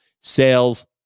sales